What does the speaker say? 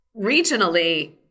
regionally